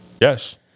Yes